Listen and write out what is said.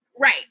Right